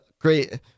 great